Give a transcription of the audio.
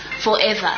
forever